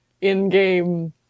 in-game